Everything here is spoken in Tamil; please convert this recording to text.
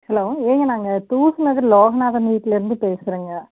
ஹலோ ஏங்க நாங்கள் தூஸ் நகர் லோகநாதன் வீட்லருந்து பேசுறங்க